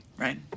right